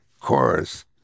chorus